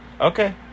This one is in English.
Okay